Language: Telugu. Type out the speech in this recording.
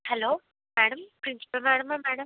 హలో మ్యాడం ప్రిన్సిపల్ మ్యాడమా మ్యాడం